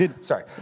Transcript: Sorry